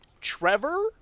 Trevor